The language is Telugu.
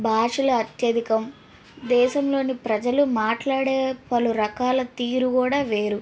భాషలు అత్యధికం దేశంలోని ప్రజలు మాట్లాడే పలు రకాల తీరు కూడా వేరు